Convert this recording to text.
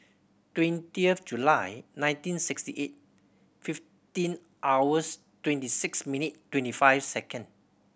twenty of July nineteen sixty eight fifteen hours twenty six minutes twenty five second